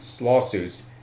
lawsuits